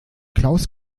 klaus